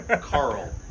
Carl